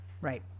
Right